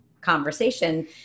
conversation